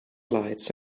lights